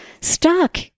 stuck